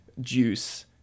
juice